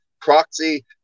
Proxy